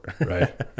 Right